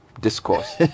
discourse